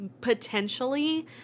potentially